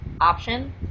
option